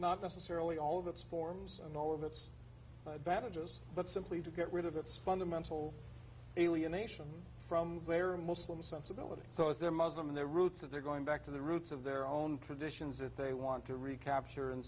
not necessarily all of its forms and all of its advantages but simply to get rid of its fundamental alienation from their muslim sensibilities so as their muslim their roots that they're going back to the roots of their own traditions that they want to recapture and